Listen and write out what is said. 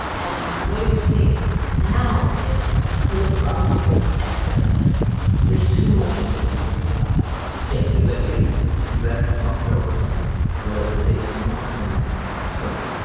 and the way we're seeing it now is oh, the problem here is an excess of empathy. there's too much empathy with your side yes, exactly. at least exactly. some terrorists where i would say it's not an absence